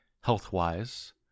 health-wise